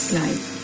life